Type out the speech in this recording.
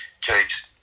James